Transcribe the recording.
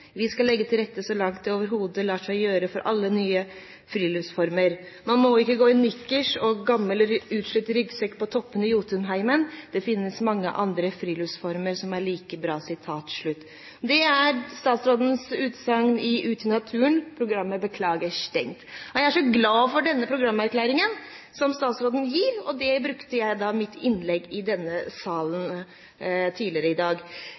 Vi skal legge til rette så langt det overhodet lar seg gjøre for alle de nye friluftsformene. Man må ikke gå i nikkers og gammel utslitt ryggsekk på toppene i Jotunheimen – det finnes mange andre friluftsformer som er like bra.» Det er statsrådens utsagn i programmet «Ut i naturen» med tittelen «Beklager stengt!» Jeg er så glad for denne programerklæringen som statsråden gir, og den brukte jeg i mitt innlegg i denne salen tidligere i dag.